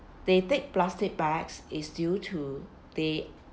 they take plastic bags is due to they